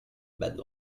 bad